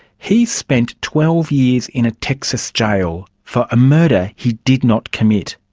he spent twelve years in a texas jail for a murder he did not commit.